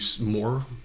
more